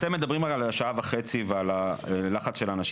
אתם מדברים על השעה וחצי ועל הלחץ של האנשים.